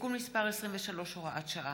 (תיקון מס' 23, הוראת שעה),